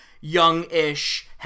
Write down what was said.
young-ish